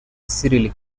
cyrillic